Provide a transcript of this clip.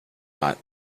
lot